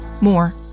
More